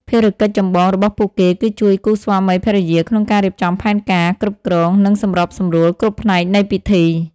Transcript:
ភារកិច្ចចម្បងរបស់ពួកគេគឺជួយគូស្វាមីភរិយាក្នុងការរៀបចំផែនការ គ្រប់គ្រង និងសម្របសម្រួលគ្រប់ផ្នែកនៃពិធី។